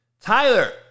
tyler